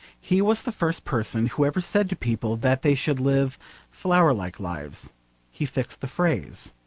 he was the first person who ever said to people that they should live flower-like lives he fixed the phrase.